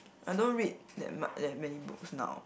I don't read that mu~ that many books now